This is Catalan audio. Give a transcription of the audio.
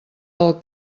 del